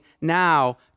now